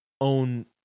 own